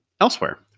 elsewhere